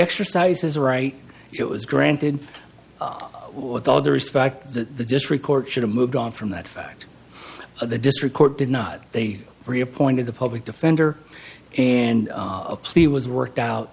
exercises a right it was granted with all due respect the just record should have moved on from that fact of the district court did not they were he appointed the public defender and a plea was worked out